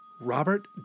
Robert